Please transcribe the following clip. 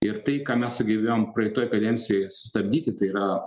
ir tai ką mes sugebėjom praeitoj kadencijoj sustabdyti tai yra